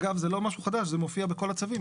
אגב, זה לא משהו חדש, זה מופיע בכל הצווים.